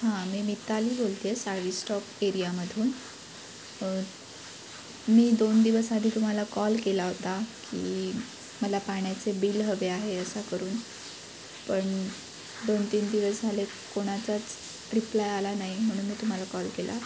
हां मी मिताली बोलते आहे साडी स्टॉक एरियामधून मी दोन दिवस आधी तुम्हाला कॉल केला होता की मला पाण्याचे बिल हवे आहे असा करून पण दोन तीन दिवस झाले कोणाचाच रिप्लाय आला नाही म्हणून मी तुम्हाला कॉल केला